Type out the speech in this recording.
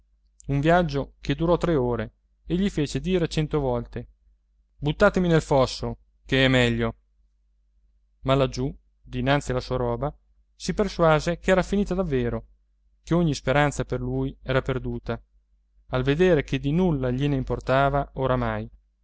un viaggio che durò tre ore e gli fece dire cento volte buttatemi nel fosso ch'è meglio ma laggiù dinanzi alla sua roba si persuase che era finita davvero che ogni speranza per lui era perduta al vedere che di nulla gliene importava oramai